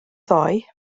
ddoe